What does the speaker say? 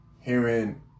hearing